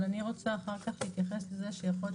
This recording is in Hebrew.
אבל אני רוצה אחר כך להתייחס לזה שיכול להיות